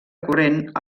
corrent